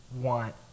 want